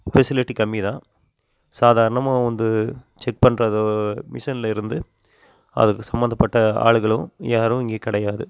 facility கம்மி தான் சாதாரணமாக வந்து செக் பண்ணுறதோ மிஷினில் இருந்து அதுக்கு சம்மந்தப்பட்ட ஆளுகளும் யாரும் இங்கே கிடையாது